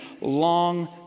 long